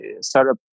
startup